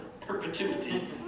Perpetuity